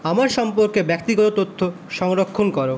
আমার সম্পর্কে ব্যক্তিগত তথ্য সংরক্ষণ করো